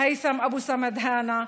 הית'ם אבו סמהדאנה,